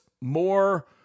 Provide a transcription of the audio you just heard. more